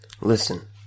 listen